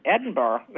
Edinburgh